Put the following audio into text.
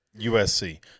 USC